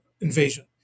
invasion